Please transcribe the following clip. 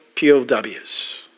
POWs